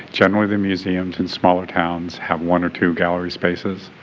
generally the museums in smaller towns have one or two gallery spaces.